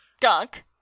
gunk